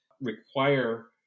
require